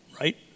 right